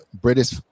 British